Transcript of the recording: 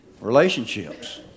Relationships